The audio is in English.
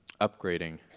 upgrading